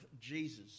Jesus